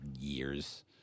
years